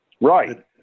Right